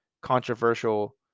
controversial